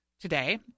today